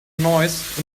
noise